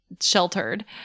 sheltered